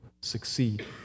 succeed